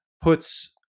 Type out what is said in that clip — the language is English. puts